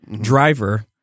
driver